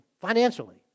financially